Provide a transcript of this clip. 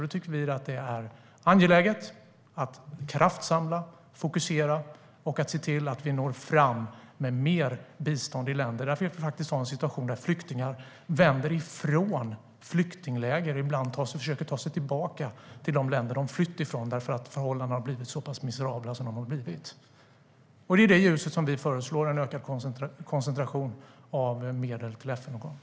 Då tycker vi att det är angeläget att kraftsamla, fokusera och se till att vi når fram med mer bistånd i länder där vi faktiskt har en situation som innebär att flyktingar vänder från flyktingläger och ibland försöker ta sig tillbaka till de länder de flytt från, därför att förhållandena har blivit så pass miserabla. Det är i det ljuset vi föreslår en ökad koncentration av medel till FN-organen.